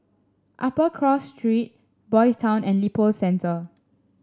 Upper Cross Street Boys' Town and Lippo Centre